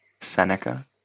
Seneca